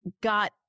got